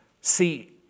See